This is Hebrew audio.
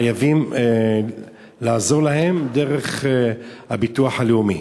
חייבים לעזור להם דרך הביטוח הלאומי.